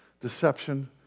Deception